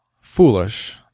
foolish